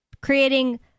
creating